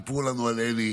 הם סיפרו לנו על אלי,